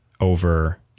over